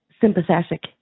sympathetic